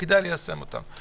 וכדאי ליישם אותן.